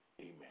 amen